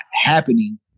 happening